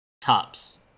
tops